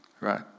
right